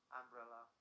umbrella